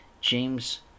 James